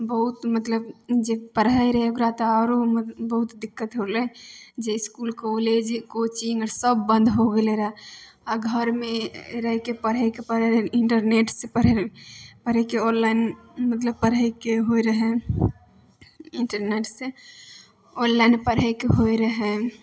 बहुत मतलब जे पढ़ै रहै ओकरा तऽ आरो बहुत दिक्कत हो गेलै जे इसकूल कॉलेज कोचिंग आर सब बन्द हो गेलै रहए आ घर मे रहिके पढैके परै इंटरनेट से पढ़ैके ऑनलाइन मतलब पढ़ैके होइ रहै इंटरनेट से ऑनलाइन पढ़ैके होइ रहै